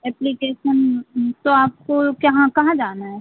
application तो आपको केहाँ कहाँ जाना है